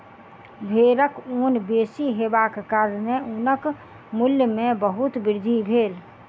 भेड़क ऊन बेसी हेबाक कारणेँ ऊनक मूल्य में बहुत वृद्धि भेल